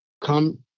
come